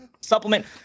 supplement